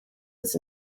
was